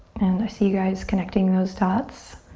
and i see you guys connecting those thoughts